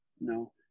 No